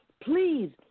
Please